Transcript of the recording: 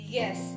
Yes